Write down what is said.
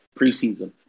preseason